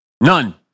None